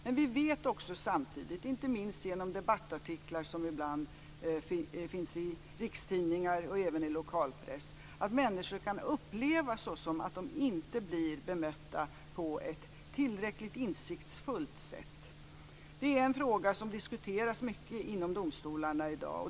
Men vi vet samtidigt, inte minst genom debattartiklar som ibland finns i rikstidningar och även i lokalpress, att människor kan uppleva det som att de inte blir bemötta på ett tillräckligt insiktsfullt sätt. Det är en fråga som diskuteras mycket inom domstolarna i dag.